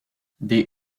des